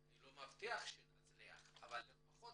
אני לא מבטיח שנצליח אבל לפחות